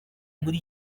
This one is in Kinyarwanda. muri